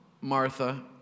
Martha